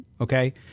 okay